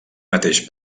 mateix